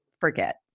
forget